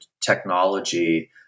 technology